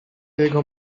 jego